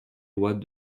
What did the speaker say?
lois